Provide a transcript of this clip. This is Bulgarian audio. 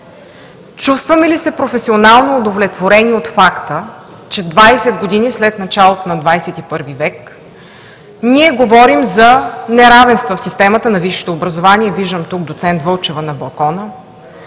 чувстваме ли се професионално удовлетворени от факта, че двадесет години след началото на XXI век ние говорим за неравенства в системата на висшето образование – виждам доцент Вълчев на балкона,